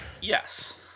Yes